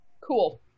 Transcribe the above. Cool